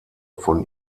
von